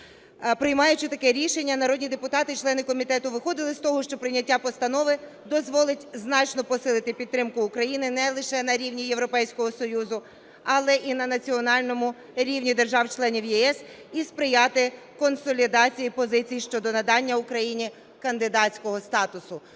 Приймаючи таке рішення, народні депутати члени комітету виходили з того, що прийняття постанови дозволить значно посилити підтримку України не лише на рівні Європейського Союзу, але і національному рівні держав-членів ЄС і сприяти консолідації позицій щодо надання Україні кандидатського статусу.